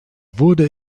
wurde